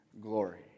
glory